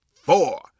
four